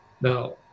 now